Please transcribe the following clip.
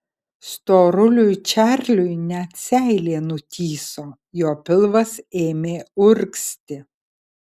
storuliui čarliui net seilė nutįso jo pilvas ėmė urgzti